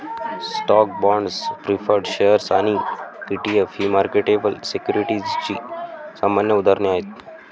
stocks, bonds, preferred shares आणि ETF ही marketable सिक्युरिटीजची सामान्य उदाहरणे आहेत